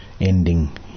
ending